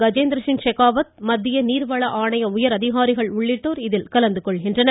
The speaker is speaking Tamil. கஜேந்திரசிங் செக்காவத் மத்திய நீர்வள ஆணைய உயர்அதிகாரிகள் உள்ளிட்டோர் இதில் கலந்து கொள்கின்றனர்